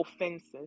offenses